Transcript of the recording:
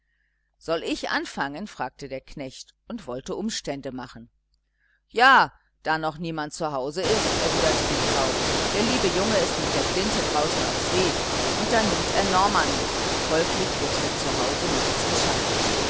soll ich anfangen fragte der knecht und wollte umstände machen ja da noch niemand zu hause ist erwiderte die frau der liebe junge ist mit der flinte draußen auf see und dann nimmt er norman mit folglich wird hier zu hause nichts geschafft